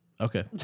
Okay